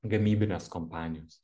gamybinės kompanijos